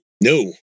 No